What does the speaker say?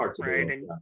right